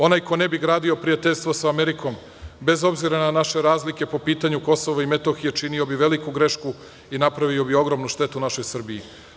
Onaj ko ne bi gradio prijateljstvo sa Amerikom, bez obzira na naše razlike po pitanju Kosova i Metohije, činio bi veliku grešku i napravio bi ogromnu štetu našoj Srbiji.